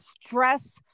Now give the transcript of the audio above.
stress